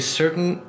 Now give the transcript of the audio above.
certain